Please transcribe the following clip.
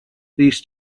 these